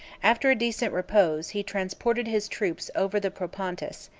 after a decent repose, he transported his troops over the propontis,